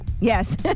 Yes